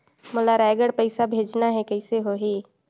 मोला रायगढ़ पइसा भेजना हैं, कइसे होही?